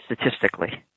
statistically